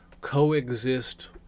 coexist